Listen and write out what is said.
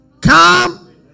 come